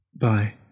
Bye